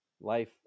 life